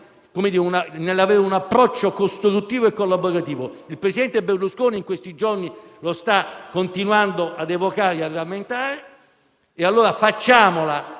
insiste nell'avere un approccio costruttivo e collaborativo. Il presidente Berlusconi in questi giorni lo sta continuando ad evocare e a rammentare. Facciamo